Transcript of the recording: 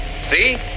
See